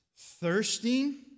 Thirsting